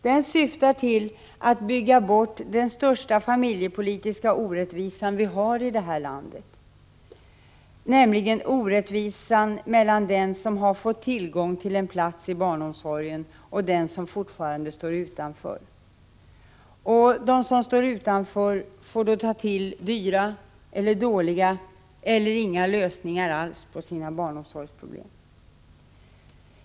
Den syftar till att bygga bort den största familjepolitiska orättvisan i det här landet, nämligen orättvisan mellan dem som har fått tillgång till en plats i barnomsorgen och dem som fortfarande står utanför och som får ta till dyra och dåliga lösningar på sina barnomsorgsproblem eller som inte får några lösningar alls.